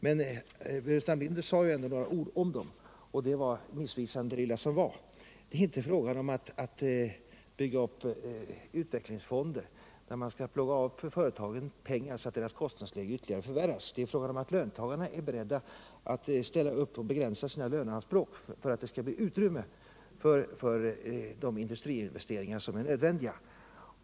Men herr Burenstam Linder sade ändå några ord om dem, och det lilla han sade var missvisande. Det är inte fråga om att bygga upp utvecklingsfonder genom att plocka av företagen pengar, så att deras kostnadsläge ytterligare förvärras, utan vad det gäller är att löntagarna är beredda att begränsa sina löneanspråk för att det skall bli utrymme för de industriinvesteringar som är nödvändiga.